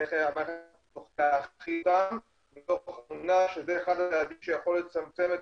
איך --- מתוך אמונה שזה אחד הצעדים שיכול לצמצם את